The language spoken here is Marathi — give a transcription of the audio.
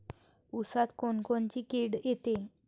ऊसात कोनकोनची किड येते?